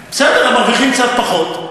בסדר, הם מרוויחים קצת פחות.